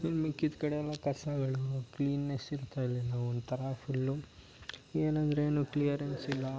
ಇನ್ನು ಮಿಕ್ಕಿದ ಕಡೆಯೆಲ್ಲ ಕಸಗಳು ಕ್ಲೀನ್ನೆಸ್ ಇರ್ತಾ ಇರಲಿಲ್ಲ ಒಂಥರಾ ಫುಲ್ಲು ಏನಾದ್ರು ಏನು ಕ್ಲಿಯರೆನ್ಸ್ ಇಲ್ಲ